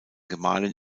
gemahlin